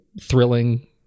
thrilling